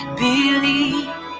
believe